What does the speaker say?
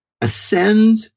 ascend